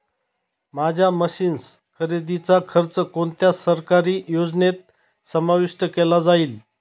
माझ्या मशीन्स खरेदीचा खर्च कोणत्या सरकारी योजनेत समाविष्ट केला जाईल?